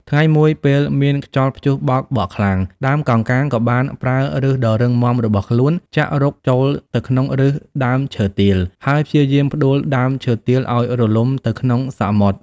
ថ្ងៃមួយ ពេលមានខ្យល់ព្យុះបោកបក់ខ្លាំង ដើមកោងកាងក៏បានប្រើប្ញសដ៏រឹងមាំរបស់ខ្លួនចាក់រុកចូលទៅក្នុងប្ញសដើមឈើទាល ហើយព្យាយាមផ្តួលដើមឈើទាលឲ្យរលំទៅក្នុងសមុទ្រ។